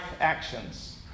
actions